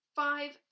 five